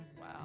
Wow